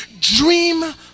Dream